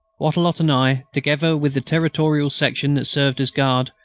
wattrelot and i, together with the territorial section that served as guard,